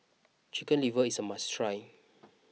Chicken Liver is a must try